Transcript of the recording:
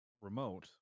remote